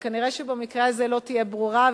ונראה שבמקרה הזה לא תהיה ברירה,